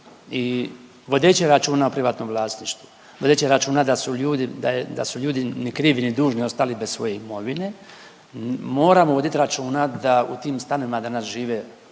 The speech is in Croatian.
i vodeći računa o privatnom vlasništvu, vodeći računa da su ljudi, da je, da su ljudi ni krivi, ni dužni ostali bez svoje imovine, moramo vodit računa da u tim stanovima danas žive, žive,